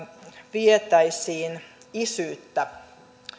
vietäisiin isyyttä